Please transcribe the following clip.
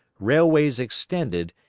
railways extended,